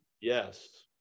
yes